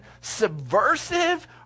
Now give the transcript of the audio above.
subversive